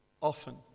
often